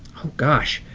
oh gosh,